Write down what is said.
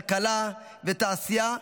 כלכלה ותעשייה,